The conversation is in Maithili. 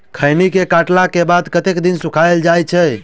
खैनी केँ काटला केँ बाद कतेक दिन सुखाइल जाय छैय?